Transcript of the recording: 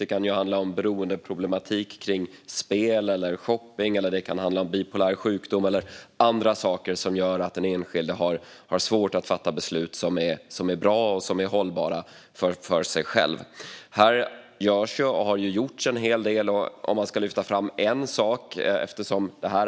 Det kan handla om beroendeproblematik kring spel eller shopping, bipolär sjukdom eller andra saker som gör att den enskilde har svårt att fatta beslut som är bra och hållbara för personen själv. Det har gjorts och görs en hel del.